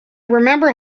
remember